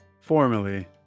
Formally